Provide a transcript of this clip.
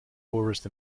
poorest